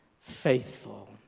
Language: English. faithful